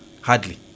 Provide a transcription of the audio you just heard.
Hardly